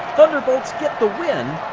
thunderbolts get the win,